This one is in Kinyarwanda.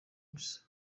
bisa